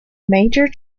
major